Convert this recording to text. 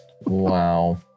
wow